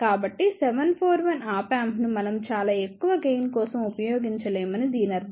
కాబట్టి 741 op amp ను మనం చాలా ఎక్కువ గెయిన్ కోసం ఉపయోగించలేమని దీని అర్థం